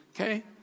okay